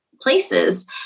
places